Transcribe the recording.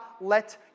let